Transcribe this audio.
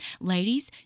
ladies